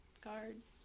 cards